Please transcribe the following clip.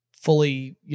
fully